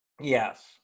Yes